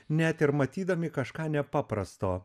net ir matydami kažką nepaprasto